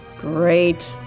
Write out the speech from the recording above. Great